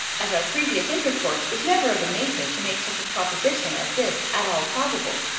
as our previous intercourse was never of a nature to make such a proposition as this at all probable.